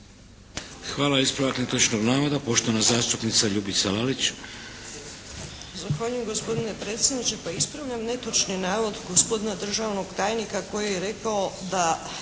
Hvala. Ispravak netočnog navoda poštovana zastupnica Ljubica Lalić.